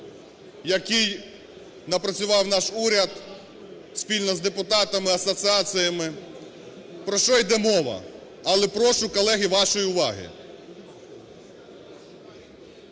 який напрацював наш уряд спільно з депутатами, асоціаціями. Про що йде мова. Але прошу, колеги, вашої уваги.